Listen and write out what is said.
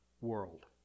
world